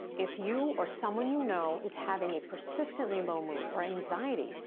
if you or someone you know is having a persistently low mood or anxiety,